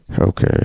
Okay